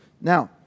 Now